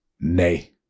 Nay